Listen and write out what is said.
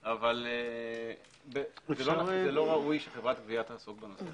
אבל לא ראוי שחברת גבייה תעסוק בכך.